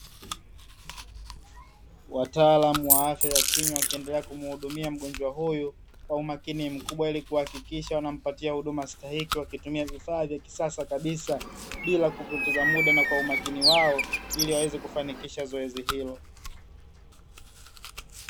Wataalamu wa afya ya kinywa wakiendelea kumhudumia mgonjwa huyu, kwa umakini mkubwa ili kuhakikisha wanampatia huduma stahiki wakitumia vifaa vya kisasa kabisa, bila kupoteza muda na kwa umakini wao ili waweze kufanikisha zoezi hilo.